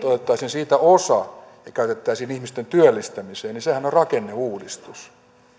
otettaisiin siitä osa ja käytettäisiin ihmisten työllistämiseen niin sehän on rakenneuudistus